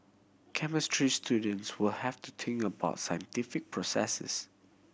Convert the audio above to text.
chemistry students will have to think about scientific processes